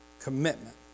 commitment